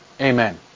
Amen